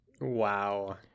Wow